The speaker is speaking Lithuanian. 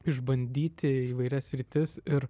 išbandyti įvairias sritis ir